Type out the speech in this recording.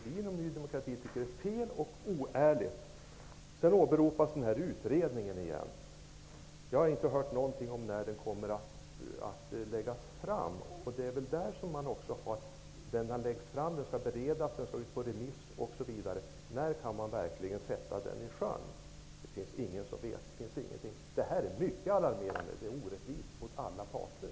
Men vi i Ny demokrati tycker att det är fel och oärligt. Sedan åberopar man återigen utredningen. Jag har inte hört någonting om när den kommer att lägga fram ett betänkande. Utredningen skall beredas, läggas fram, ut på remiss osv., men när kan man verkligen sätta utredningen i sjön? Det finns det ingen som vet. Detta är mycket alarmerande och orättvist mot alla parter.